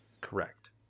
correct